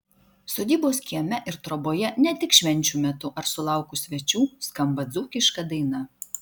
sodybos kieme ir troboje ne tik švenčių metu ar sulaukus svečių skamba dzūkiška daina